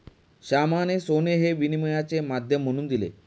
श्यामाने सोने हे विनिमयाचे माध्यम म्हणून दिले